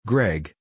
Greg